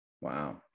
Wow